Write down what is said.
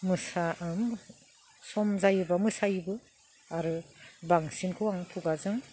मोसायो आं सम जायोब्ला मोसायोबो आरो बांसिनखौ आं खुगाजों